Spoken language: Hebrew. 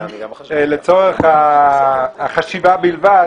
לצורך החשיבה בלבד,